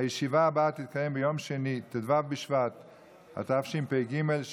הישיבה הבאה תתקיים ביום שני ט"ו בשבט התשפ"ג,